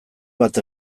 bat